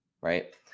right